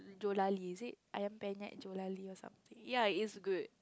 Jolari is it Ayam-Penyet Jolari or something ya it's good